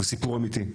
סיפור אמיתי.